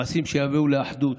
מעשים שיביאו לאחדות,